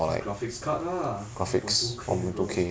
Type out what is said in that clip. graphics card lah one point two K bro